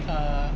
err